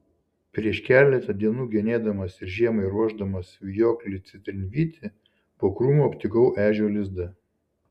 prieš keletą dienų genėdamas ir žiemai ruošdamas vijoklį citrinvytį po krūmu aptikau ežio lizdą